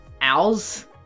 owls